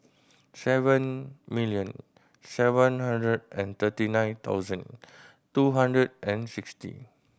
seven million seven hundred and thirty nine thousand two hundred and sixty